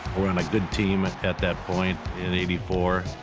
were on a good team at that point in eighty four,